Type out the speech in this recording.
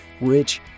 rich